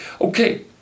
Okay